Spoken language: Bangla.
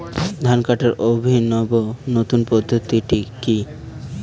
ধান কাটার অভিনব নতুন পদ্ধতিটি কি?